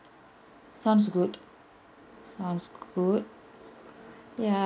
sounds good sounds good ya